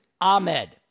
Ahmed